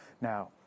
Now